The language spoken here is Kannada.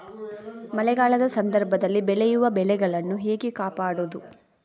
ಮಳೆಗಾಲದ ಸಂದರ್ಭದಲ್ಲಿ ಬೆಳೆಯುವ ಬೆಳೆಗಳನ್ನು ಹೇಗೆ ಕಾಪಾಡೋದು?